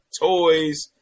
toys